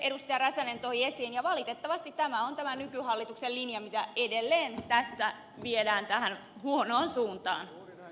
räsänen toi esiin ja valitettavasti tämä on tämän nykyhallituksen linja jota edelleen tässä viedään tähän huonoon suuntaan